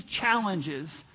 challenges